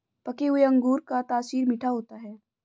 पके हुए अंगूर का तासीर मीठा होता है